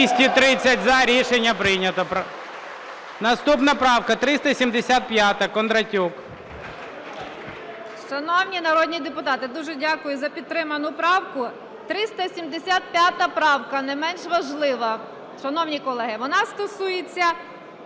Наступна правка 375, Кондратюк.